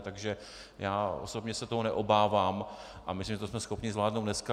Takže já osobně se toho neobávám a myslím, že jsme to schopni zvládnout dneska.